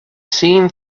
seen